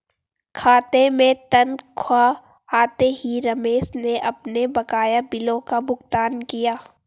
खाते में तनख्वाह आते ही रमेश ने अपने बकाया बिलों का भुगतान किया